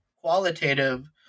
qualitative